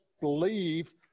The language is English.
believe